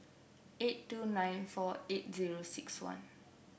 eight two nine four eight zero six one